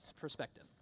perspective